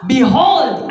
Behold